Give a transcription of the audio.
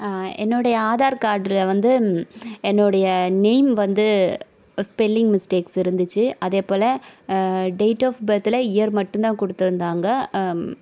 என்னுடைய ஆதார் கார்டில் வந்து என்னுடைய நேம் வந்து ஸ்பெல்லிங் மிஸ்டேக்ஸ் இருந்துச்சு அதேப்போல் டேட் ஆஃப் பர்த்தில் இயர் மட்டுந்தான் கொடுத்துருந்தாங்க